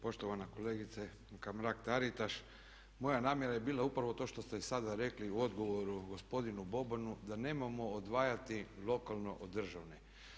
Poštovana kolegice Mrak-Taritaš moja namjera je bila upravo to što ste i sada rekli u odgovoru gospodinu Bobanu da nemojmo odvajati lokalno od državne.